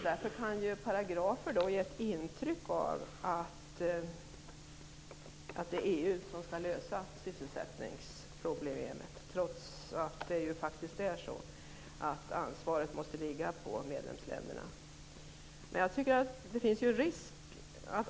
Men paragrafer kan ge intryck av att det är EU som skall lösa sysselsättningsproblemet, trots att ansvaret måste ligga på medlemsländerna.